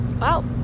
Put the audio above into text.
Wow